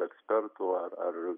ekspertų ar ar